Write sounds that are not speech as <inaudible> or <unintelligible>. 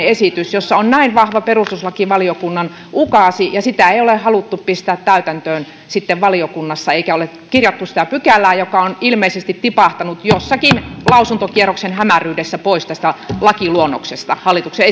<unintelligible> esitys jossa on näin vahva perustuslakivaliokunnan ukaasi ja sitä ei ole haluttu pistää täytäntöön valiokunnassa eikä ole kirjattu sitä pykälää joka on ilmeisesti tipahtanut jossakin lausuntokierroksen hämäryydessä pois tästä hallituksen <unintelligible>